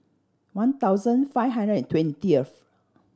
one thousand five hundred and twentieth